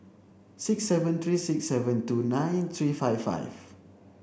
six seven three six seven two nine three five five